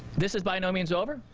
this is by no means over,